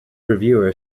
reviewer